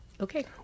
Okay